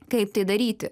kaip tai daryti